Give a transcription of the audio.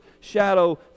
shadow